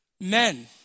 Men